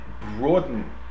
broaden